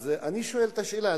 אז אני שואל את השאלה,